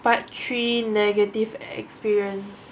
part three negative experience